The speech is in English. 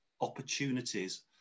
opportunities